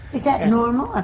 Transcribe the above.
is that normal?